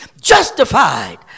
Justified